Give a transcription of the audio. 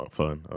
fun